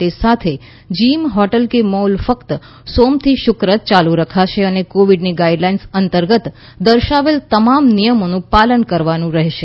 તે સાથે gym hotel કે મોલ ફક્ત સોમથી શુક્ર જ ચાલુ રખાશે અને કોવિડની ગાઇડલાઇન્સ અંતર્ગત દર્શાવેલ તમામ નિયમોનું પાલન કરવાનું રહેશે